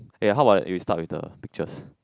yeah how about we start with the pictures